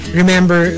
remember